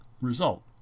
result